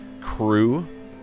crew